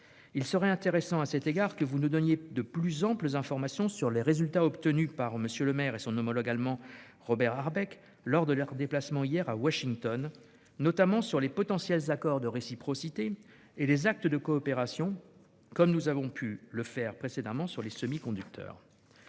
Il serait intéressant à cet égard que vous nous donniez de plus amples informations sur les résultats obtenus par Bruno Le Maire et son homologue allemand, Robert Habeck, lors de leur déplacement hier à Washington, notamment sur les potentiels accords de réciprocité et les actes de coopération, comme nous avons pu en obtenir sur les semi-conducteurs.